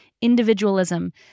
individualism